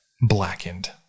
Blackened